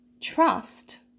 Trust